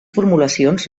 formulacions